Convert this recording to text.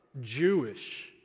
Jewish